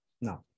No